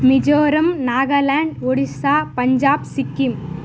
Mizoram Nagaland Odisha Punjab Sikkim